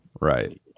Right